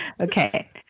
Okay